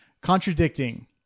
contradicting